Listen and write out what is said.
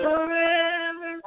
Forever